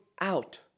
out